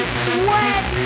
sweat